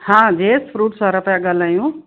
हा जेयस फ़्रूट्स वारा पिया ॻाल्हायूं